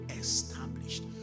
established